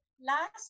Last